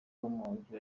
umujyi